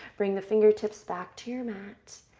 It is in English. bring the fingertips back to your mat.